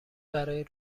برای